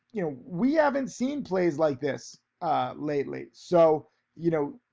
you know, we haven't seen plays like this lately, so you know,